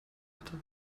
hatte